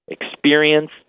experience